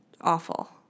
awful